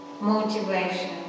Motivation